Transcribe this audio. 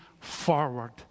forward